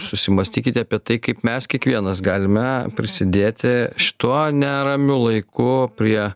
susimąstykite apie tai kaip mes kiekvienas galime prisidėti šituo neramiu laiku prie